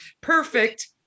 perfect